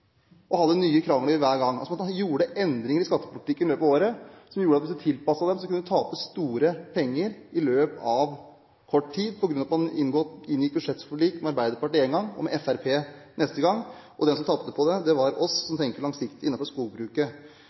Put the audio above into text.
og hadde nye krangler hver gang. Man gjorde altså endringer i skattepolitikken i løpet av året, og hvis man tilpasset seg dem, kunne man tape store penger i løpet av kort tid, på grunn av at man inngikk budsjettforlik med Arbeiderpartiet én gang og med Fremskrittspartiet neste gang. De som tapte på det, var de som tenkte langsiktig innenfor skogbruket. Det viktigste vi gjorde i forhold til skogbruket